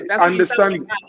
understand